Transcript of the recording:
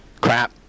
crap